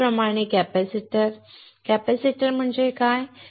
त्याचप्रमाणे capacitor capacitor म्हणजे काय